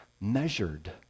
measured